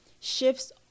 shifts